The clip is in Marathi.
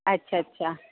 अच्छा अच्छा